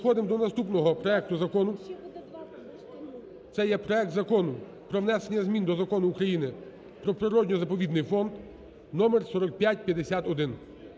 Переходимо до наступного проекту закону. Це є проект Закону про внесення змін до Закону України "Про природно-заповідний фонд" (№ 4551).